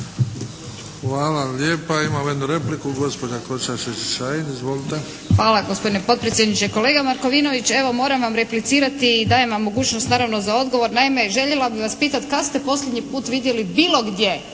Hvala lijepa. Imamo jednu repliku, gospođa Košiša Čičin-Šain. Izvolite. **Košiša Čičin-Šain, Alenka (HNS)** Hvala gospodine potpredsjedniče. Kolega Markovinović, evo moram vam replicirati, dajem vam mogućnost naravno za odgovor. Naime, željela bih vas pitati kad ste posljednji put vidjeli bilo gdje,